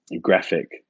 graphic